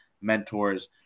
mentors